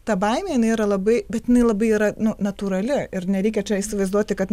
ta baimė jinai yra labai bet jinai labai yra nu natūrali ir nereikia čia įsivaizduoti kad